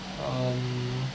um